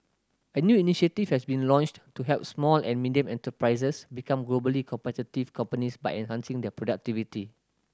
a new initiative has been launched to help small and medium enterprises become globally competitive companies by enhancing their productivity